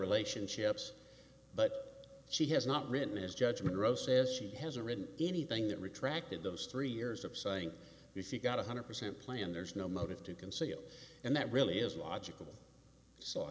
relationships but she has not written his judgment rove says she has a written anything that retracted those three years of saying he she got one hundred percent plan there's no motive to conceal and that really is logical s